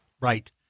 Right